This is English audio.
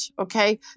okay